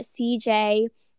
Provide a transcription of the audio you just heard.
CJ